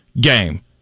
game